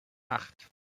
acht